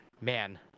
man